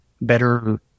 better